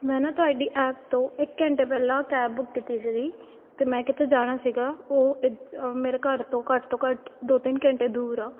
ਮੈਂ ਨਾ ਤੁਹਾਡੀ ਐਪ ਤੋਂ ਇੱਕ ਘੰਟੇ ਪਹਿਲਾਂ ਕੈਬ ਬੁੱਕ ਕੀਤੀ ਸੀਗੀ ਅਤੇ ਮੈਂ ਕਿਤੇ ਜਾਣਾ ਸੀਗਾ ਉਹ ਇਦ ਮੇਰੇ ਘਰ ਤੋਂ ਘੱਟ ਤੋਂ ਘੱਟ ਦੋ ਤਿੰਨ ਘੰਟੇ ਦੂਰ ਆ